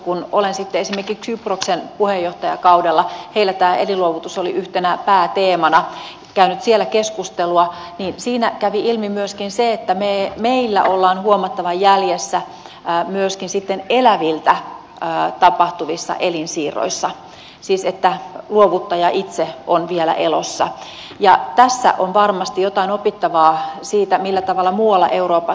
kun olen sitten esimerkiksi kyproksen puheenjohtajakaudella heillä tämä elinluovutus oli yhtenä pääteemana käynyt siellä keskustelua niin siinä kävi ilmi myöskin se että meillä ollaan huomattavan jäljessä myöskin eläviltä tapahtuvissa elinsiirroissa siis niin että luovuttaja itse on vielä elossa ja tässä on varmasti jotain opittavaa siitä millä tavalla muualla euroopassa on